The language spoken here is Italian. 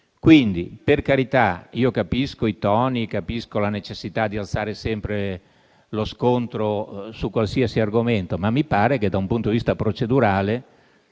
Per carità, capisco i toni e la necessità di alzare sempre lo scontro su qualsiasi argomento, ma mi pare che, da un punto di vista procedurale,